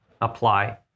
apply